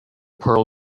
pearl